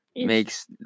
Makes